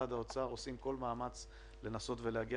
שבמשרד האוצר עושים כל מאמץ לנסות להגיע